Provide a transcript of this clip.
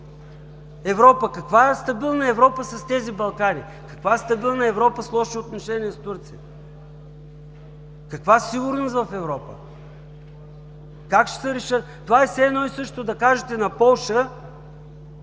Европа – каква стабилна Европа с тези Балкани? Каква стабилна Европа с лошо отношение с Турция? Каква сигурност в Европа? Как ще се решат… Това е все едно и също да кажете на Полша,